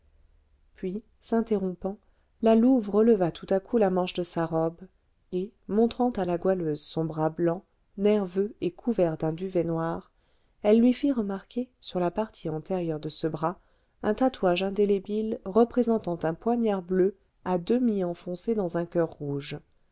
puis s'interrompant la louve releva tout à coup la manche de sa robe et montrant à la goualeuse son bras blanc nerveux et couvert d'un duvet noir elle lui fit remarquer sur la partie antérieure de ce bras un tatouage indélébile représentant un poignard bleu à demi enfoncé dans un coeur rouge